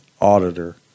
auditor